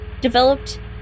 developed